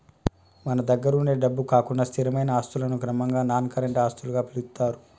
మన దగ్గరుండే డబ్బు కాకుండా స్థిరమైన ఆస్తులను క్రమంగా నాన్ కరెంట్ ఆస్తులుగా పిలుత్తారు